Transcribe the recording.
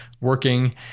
working